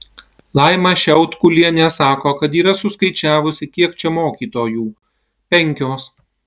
laima šiaudkulienė sako kad yra suskaičiavusi kiek čia mokytojų penkios